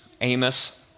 Amos